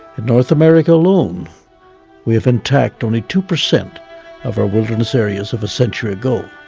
in north america alone we have intact only two percent of our wilderness areas of a century ago.